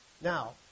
Now